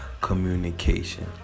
communication